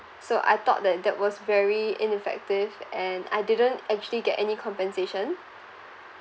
so I thought that that was very ineffective and I didn't actually get any compensation